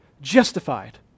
justified